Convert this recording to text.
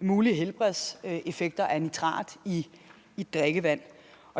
mulige helbredseffekter af nitrat i drikkevand.